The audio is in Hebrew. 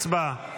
הצבעה.